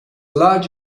large